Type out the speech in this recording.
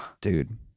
Dude